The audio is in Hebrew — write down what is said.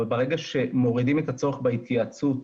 אבל ברגע שמורידים את הצורך בהתייעצות,